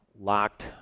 locked